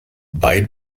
bei